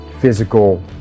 physical